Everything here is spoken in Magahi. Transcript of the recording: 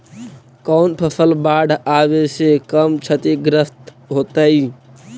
कौन फसल बाढ़ आवे से कम छतिग्रस्त होतइ?